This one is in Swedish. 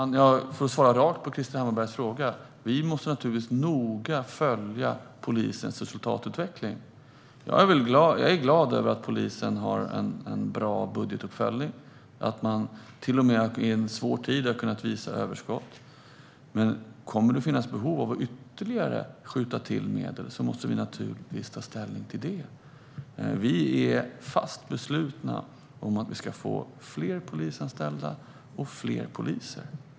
Fru talman! Ett rakt svar på Krister Hammarberghs fråga är att vi naturligtvis måste följa polisens resultatutveckling noga. Jag är glad över att polisen har en bra budgetuppföljning och att man till och med i en svår tid har kunnat visa överskott. Kommer det att finnas behov av att skjuta till ytterligare medel måste vi naturligtvis ta ställning till det. Vi är fast beslutna om att vi ska få fler polisanställda och fler poliser.